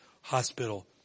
hospital